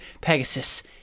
pegasus